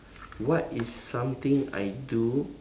what is something I do